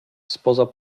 spoza